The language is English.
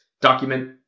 document